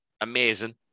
Amazing